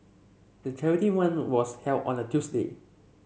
the charity run was held on a Tuesday